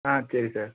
ஆ சரி சார்